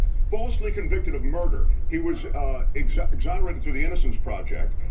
falsely convicted of murder, he was exonerated to the innocence project,